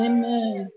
Amen